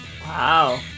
Wow